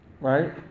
right